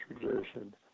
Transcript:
tradition